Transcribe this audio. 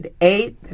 Eight